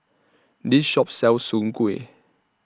This Shop sells Soon Kueh